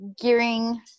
gearing